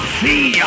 see